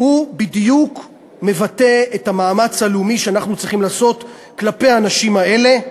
בדיוק מבטא את המאמץ הלאומי שאנחנו צריכים לעשות כלפי האנשים האלה,